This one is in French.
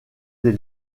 des